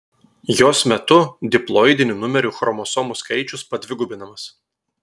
jos metu diploidinių numerių chromosomų skaičius padvigubinamas